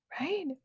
Right